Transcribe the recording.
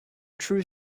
true